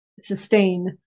sustain